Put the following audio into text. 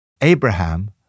Abraham